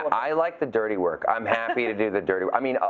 but i like the dirty work. i'm happy to do the dirty i mean, ah